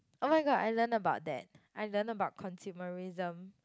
[oh]-my-god I learn about that I learn about consumerism